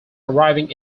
arriving